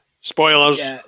Spoilers